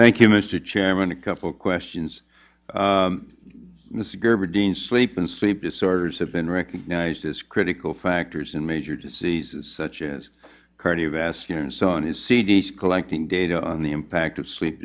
thank you mr chairman a couple questions mr gerber dean sleep and sleep disorders have been recognized as critical factors in major diseases such as cardiovascular and sun is c d c collecting data on the impact of sleep